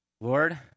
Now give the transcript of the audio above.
Lord